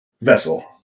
vessel